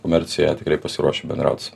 komercijoje tikrai pasiruošę bendrauti